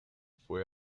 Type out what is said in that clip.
fue